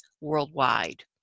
worldwide